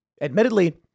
admittedly